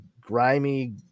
grimy